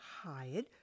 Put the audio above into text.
hired